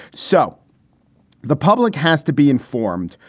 so the public has to be informed.